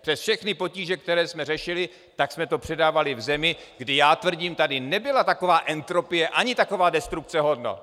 Přes všechny potíže, které jsme řešili, jsme to předávali v zemi, kdy já tvrdím tady nebyla taková entropie ani taková destrukce hodnot.